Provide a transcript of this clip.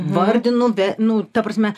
vardinu ve nu ta prasme